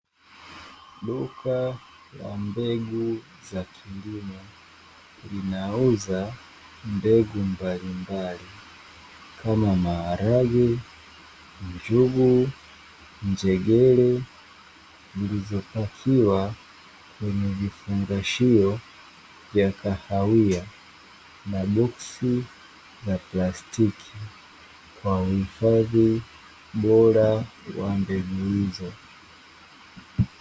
Duka la mbegu za kilimoa linauza mbegu mbalimbali kama maharage njegere za shiwo ya dhahawia na boksi ya plastiki kwa wahifadhi bora wa mbegu hizo